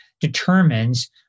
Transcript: determines